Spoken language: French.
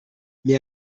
mais